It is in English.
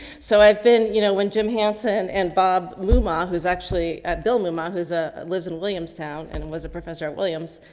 so i've been, you know, when jim hansen and bob moomaw who's actually at bill muma, who's a lives in williamstown and was a professor at williams,